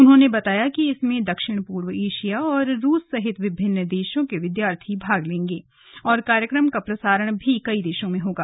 उन्होंने बताया कि इसमें दक्षिण पूर्व एशिया और रूस सहित विभिन्न देशों के विद्यार्थी भाग लेंगे और कार्यक्रम का प्रसारण भी कई देशों में होगा